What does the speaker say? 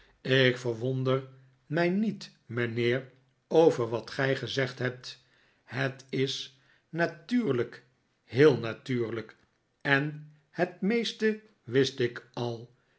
ik verwonder mij niet mijnheer over wat gij gezegd hebt het is natuurlijk heel natuurlijk en het meeste wist ik al